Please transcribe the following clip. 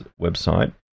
website